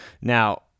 now